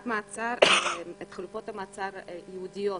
את חלופות המעצר הייעודיות